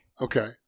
Okay